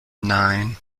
nine